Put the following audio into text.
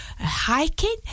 hiking